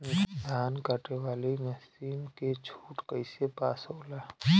धान कांटेवाली मासिन के छूट कईसे पास होला?